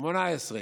2018,